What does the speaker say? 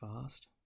fast